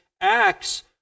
acts